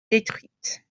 détruite